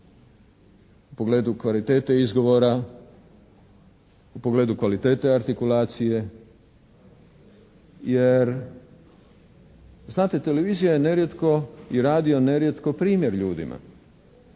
u pogledu kvalitete izgovora, u pogledu kvalitete artikulacije, jer znate televizija je nerijetko i radio nerijetko primjer ljudima,